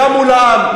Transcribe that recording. גם מול העם.